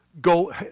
go